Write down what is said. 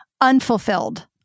unfulfilled